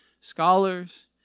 scholars